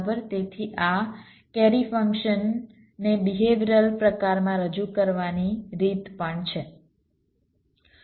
તેથી આ કેરી ફંક્શનને બિહેવિયરલ પ્રકારમાં રજૂ કરવાની રીત પણ છે